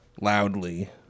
loudly